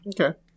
okay